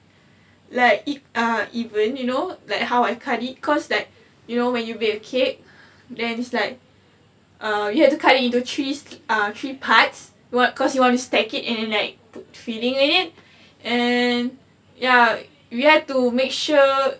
like if ah even you know like how I cut it cause like you know when you bake a cake there's like uh you have to cut it into threes uh three parts or what cause you want to stack it and then like filling with it and ya you have to make sure